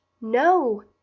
No